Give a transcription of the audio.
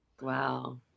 Wow